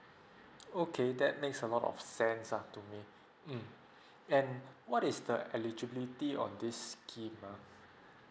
okay that makes a lot of sense uh to me mm and what is the eligibility on this scheme uh